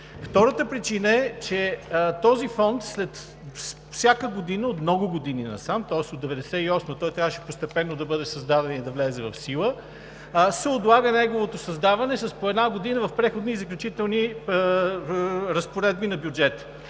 Втората причина е, че този фонд всяка година от много години насам, тоест от 1998 г. трябваше постепенно да бъде създаден и да влезе в сила, се отлага създаването му с по една година в „Преходни и заключителни разпоредби“ на бюджета.